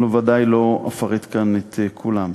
אני בוודאי לא אפרט כאן את כולם.